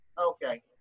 Okay